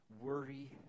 worry